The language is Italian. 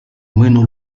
meno